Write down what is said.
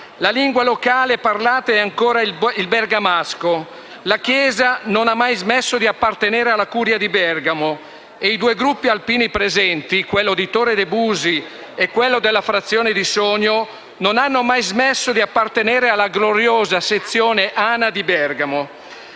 la lingua locale parlata è ancora il bergamasco, la chiesa non ha mai smesso di appartenere alla Curia di Bergamo, i due gruppi alpini presenti, quello di Torre de' Busi e quello della frazione di Sogno, non hanno mai smesso di appartenere alla gloriosa sezione dell'Associazione